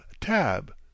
tab